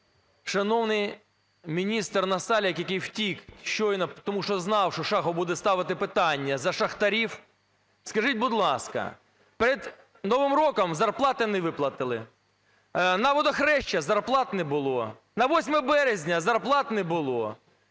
Шановний міністр Насалик, який втік щойно, тому що знав, що Шахов буде ставити питання за шахтарів. Скажіть, будь ласка, перед Новим роком зарплати не виплатили. На Водохреще зарплат не було, на 8 березня зарплат не було.